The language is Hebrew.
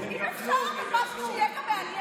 אם אפשר גם משהו שיהיה גם מעניין.